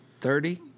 Thirty